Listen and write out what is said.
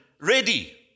Ready